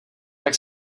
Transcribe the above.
tak